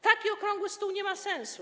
Taki okrągły stół nie ma sensu.